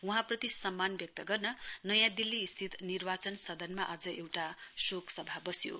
वहाँप्रति सम्मान व्यक्त गर्न नयाँ दिल्लीस्थित निर्वाचन सदनमा आज एउटा शोक सभा बस्यो